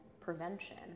prevention